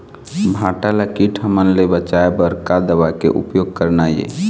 भांटा ला कीट हमन ले बचाए बर का दवा के उपयोग करना ये?